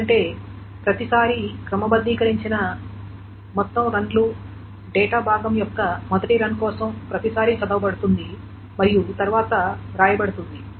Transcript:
ఎందుకంటే ప్రతిసారీ క్రమబద్ధీకరించ బడిన మొత్తం రన్ లు డేటా భాగం యొక్క మొదటి రన్ కోసం ప్రతిసారీ చదవబడుతుంది మరియు తరువాత వ్రాయబడుతుంది